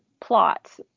plot